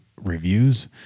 Reviews